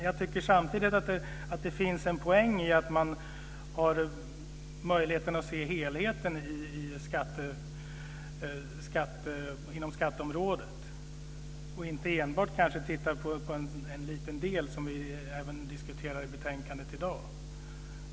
Jag tycker samtidigt att det är en poäng i att se till helheten på skatteområdet och inte enbart titta på en liten del som vi diskuterar i betänkandet i dag.